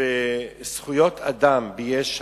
זכויות אדם ביש"ע,